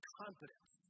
confidence